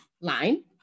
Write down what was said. line